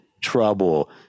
Trouble